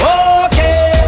okay